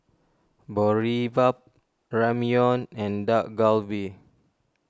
Boribap Ramyeon and Dak Galbi